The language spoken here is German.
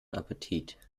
appetit